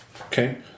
Okay